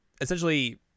essentially